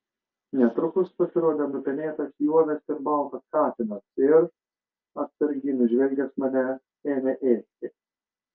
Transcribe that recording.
netrukus pasirodė nupenėtas juodas ir baltas katinas ir atsargiai nužvelgęs mane ėmė ėsti